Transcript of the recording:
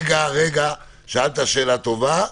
שאלת שאלה חשובה.